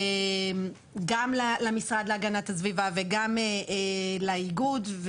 גם למשרד להגנת הסביבה וגם לאיגוד,